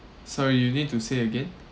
sorry you need to say again